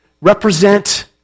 represent